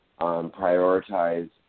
prioritize